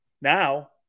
Now